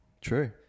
True